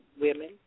women